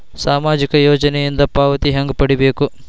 ಸಾಮಾಜಿಕ ಯೋಜನಿಯಿಂದ ಪಾವತಿ ಹೆಂಗ್ ಪಡಿಬೇಕು?